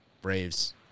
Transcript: Braves